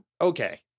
Okay